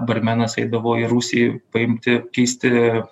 barmenas eidavo į rūsį paimti keisti